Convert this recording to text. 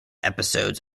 episodes